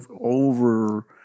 over